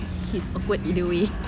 he's awkward either way